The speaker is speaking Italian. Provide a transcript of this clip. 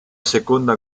seconda